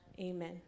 amen